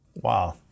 Wow